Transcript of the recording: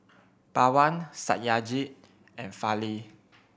Pawan Satyajit and Fali